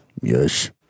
Yes